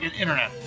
internet